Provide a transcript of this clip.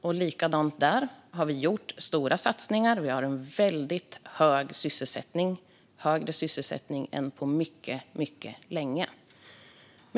Det är likadant där: Vi har gjort stora satsningar, och vi har högre sysselsättning än på mycket, mycket länge.